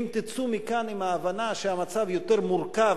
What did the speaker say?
אם תצאו מכאן עם ההבנה שהמצב יותר מורכב